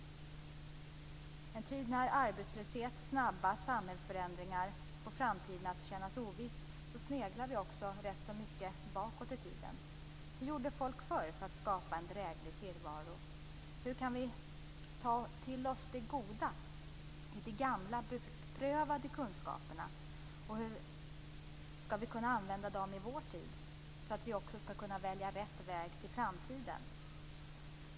I en tid när arbetslöshet och snabba samhällsförändringar får framtiden att kännas oviss sneglar vi rätt så mycket bakåt i tiden. Hur gjorde folk förr för att skapa en dräglig tillvaro? Hur kan vi ta till oss det goda i de gamla beprövade kunskaperna? Hur skall vi kunna använda dem i vår tid så att vi skall kunna välja rätt väg för framtiden?